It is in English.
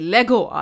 Lego